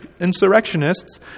insurrectionists